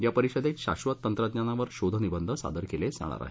या परिषदेत शाश्वत तंत्रज्ञानवर शोध निबंध सादर केले जाणार आहेत